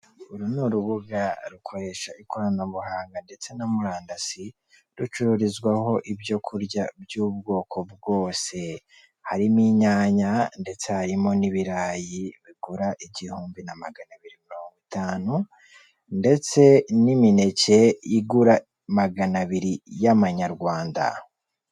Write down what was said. Uru ni urubuga rukoresha ikoranabuhanga ndetse na murandasi, rucururizwaho ibyo kurya by'ubwoko bwose, harimo inyanya ndetse harimo n'ibirayi bigura igihumbi na maganabiri mirongo itanu, ndetse n'imineke igura magana abiri y'amanyarwanda.